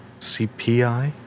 CPI